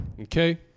Okay